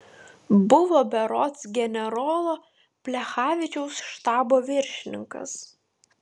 buvo berods generolo plechavičiaus štabo viršininkas